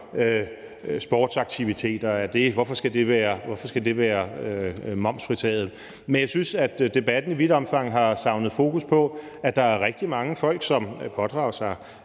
sportsaktiviteter skal være momsfritaget, men jeg synes, at debatten i vidt omfang har savnet fokus på, at der er rigtig mange folk, som pådrager sig